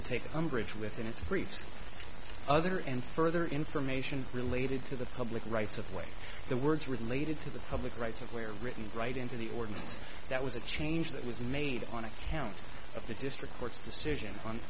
to take umbrage with in its briefs other and further information related to the public rights of way the words related to the public rights of way are written right into the ordinance that was a change that was made on account of the district court's decisions on